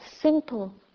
simple